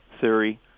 theory